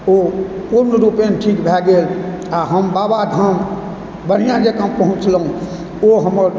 ओ पूर्ण रूपेन ठीक भए गेल आओर हम बाबा धाम बढ़िआँ जकाँ पहुँचलहुँ ओ हमर